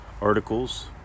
Articles